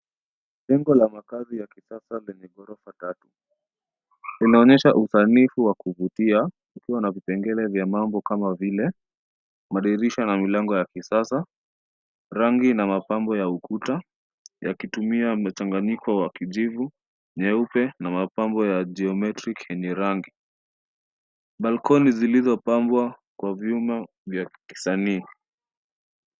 Jengo la makazi la kisasa lenye ghorofa tatu. Inaonyesha usanifu wa kuvutia ikiwa na vipengele vya mambo kama vile madirisha na milango ya kisasa, rangi na mapambo ya ukuta, yakitumia mchanganyiko wa kijivu, nyeupe na mapambo ya geometric yenye rangi. Balkoni zilizopambwa kwa vyuma vya kisanii.